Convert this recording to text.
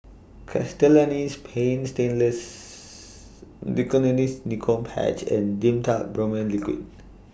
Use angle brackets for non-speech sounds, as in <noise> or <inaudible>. Castellani's Paint Stainless <noise> Nicotinell Nicotine Patch and Dimetapp Brompheniramine Liquid